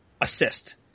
assist